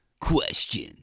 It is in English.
Question